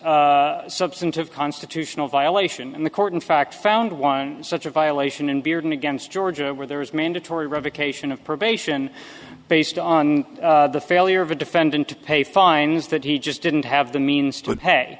substantive constitutional violation and the court in fact found one such a violation and bearden against georgia where there was mandatory revocation of probation based on the failure of a defendant to pay fines that he just didn't have the means to pay